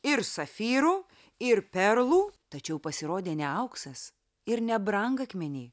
ir safyrų ir perlų tačiau pasirodė ne auksas ir ne brangakmeniai